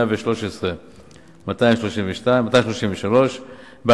113 מיליון ו-232,368 ש"ח,